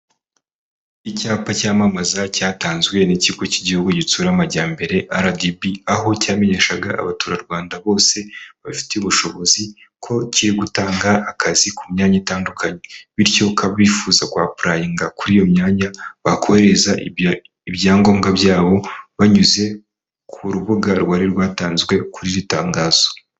Icyapa cyamamaza cyatanzwe n'ikigo cy'igihugu ginsura amajyambere RDB, aho cyamenyeshaga abaturarwanda bose babifitiye ubushobozi, ko kiri gutanga akazi ku myanya itandukanye, bityo ko abifuza kwapurayinga kuri iyo myanya, bakohereza ibyangombwa byabo banyuze ku rubuga rwari rwatanzwe kuri iritangazo.